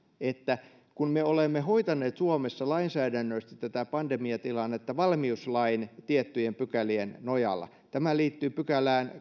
että me olemme hoitaneet suomessa lainsäädännöllisesti tätä pandemiatilannetta valmiuslain tiettyjen pykälien nojalla tämä liittyy kahdeksanteenkymmenenteenseitsemänteen pykälään